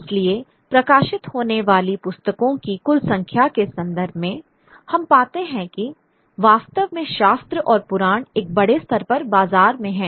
इसलिए प्रकाशित होने वाली पुस्तकों की कुल संख्या के संदर्भ में हम पाते हैं कि वास्तव में शास्त्र और पुराण एक बड़े स्तर पर बाजार में हैं